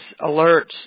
alerts